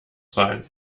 sein